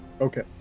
Okay